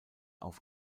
auf